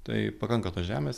tai pakanka tos žemės